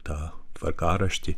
tą tvarkaraštį